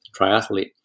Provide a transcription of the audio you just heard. triathlete